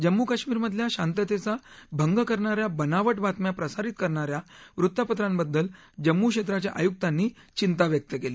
जम्मू कश्मीरमधल्या शांततेचा भंग करणा या बनावट बातम्या प्रसारित करणा या वृत्तपत्रांबद्दल जम्मू क्षेत्राच्या आयुक्तांनी चिंता व्यक्त केली